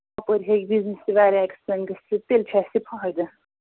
اور ہٮ۪کہِ بِزنِس تہِ واریاہ اٮ۪کٕسپینٛڈ گٔژھِتھ تیٚلہِ چھُ اَسہِ یہِ فٲہدٕ